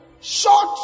short